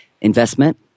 investment